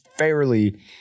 Fairly